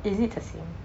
is it the same